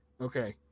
Okay